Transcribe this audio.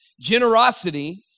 Generosity